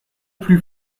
plus